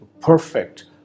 perfect